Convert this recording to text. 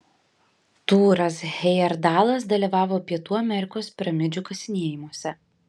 tūras hejerdalas dalyvavo pietų amerikos piramidžių kasinėjimuose